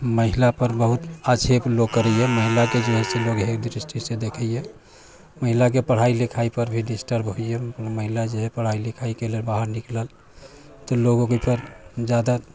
महिला पर बहुत आक्षेप लोक करैया महिलाके जे है से लोक हए दृष्टिसँ देखैया महिलाके पढ़ाइ लिखाइ पर भी डिस्टर्ब होइया महिला जे है पढ़ाइ लिखाइके लेल बाहर निकलल तऽ लोक ओहि पर जादा